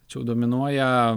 tačiau dominuoja